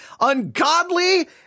ungodly